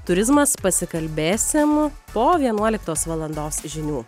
turizmas pasikalbėsim po vienuoliktos valandos žinių